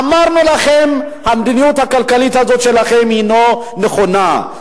אמרנו לכם שהמדיניות הכלכלית הזאת שלכם היא לא נכונה,